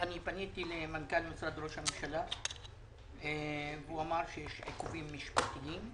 מנכ"ל משרד ראש הממשלה אמר שיש עיכובים משפטיים.